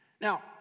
Now